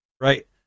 right